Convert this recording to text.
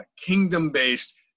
kingdom-based